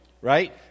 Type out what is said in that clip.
right